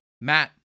Matt